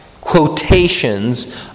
quotations